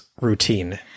routine